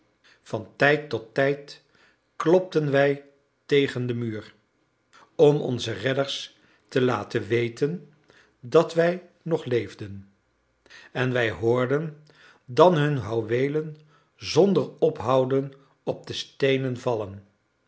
van tijd tot tijd klopten wij tegen den muur om onzen redders te laten weten dat wij nog leefden en wij hoorden dan hun houweelen zonder ophouden op de steenen vallen